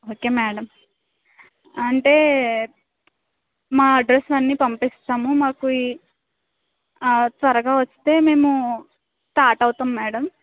okay madam అంటే మా అడ్రస్లన్నీ పంపిస్తాము మాకు ఈ త్వరగా వస్తే మేము స్టార్ట్ అవుతాము మేడం